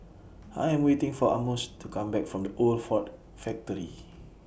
I Am waiting For Amos to Come Back from The Old Ford Factory